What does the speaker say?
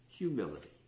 humility